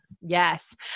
Yes